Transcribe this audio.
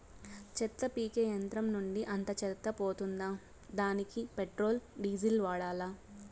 చెత్త పీకే యంత్రం నుండి అంతా చెత్త పోతుందా? దానికీ పెట్రోల్, డీజిల్ వాడాలా?